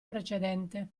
precedente